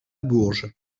bourges